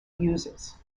users